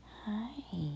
Hi